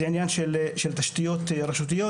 זה עניין של תשתיות רשותיות.